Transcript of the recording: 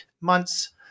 months